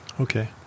Okay